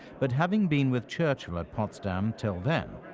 but having been with churchill at potsdam till then,